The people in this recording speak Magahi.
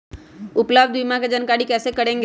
उपलब्ध बीमा के जानकारी कैसे करेगे?